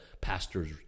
pastor's